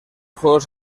juegos